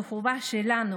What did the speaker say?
זו חובה שלנו,